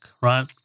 right